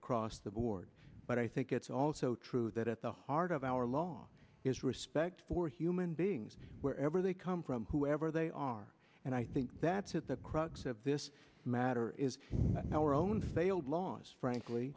across the board but i think it's also true that at the heart of our law is respect for human beings wherever they come from whoever they are and i think that's at the crux of this matter is our own failed laws frankly